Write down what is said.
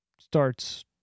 starts